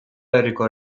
herriko